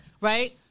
right